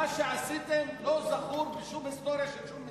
מה שעשיתם, לא זכור בשום היסטוריה של שום מדינה.